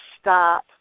stop